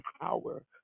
power